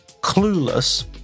Clueless